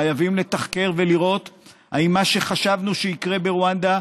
חייבים לתחקר ולראות אם מה שחשבנו שיקרה ברואנדה,